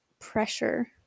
pressure